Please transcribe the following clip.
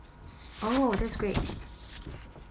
oh that's great